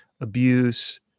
abuse